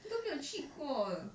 你都没有去过的